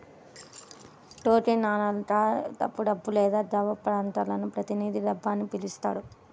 token నాణేలు, కాగితపు డబ్బు లేదా ధ్రువపత్రాలను ప్రతినిధి డబ్బు అని పిలుస్తారు